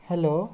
hello